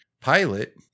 pilot